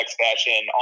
fashion